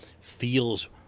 feels